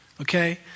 okay